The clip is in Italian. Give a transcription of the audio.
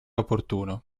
opportuno